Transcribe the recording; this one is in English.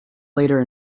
later